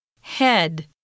head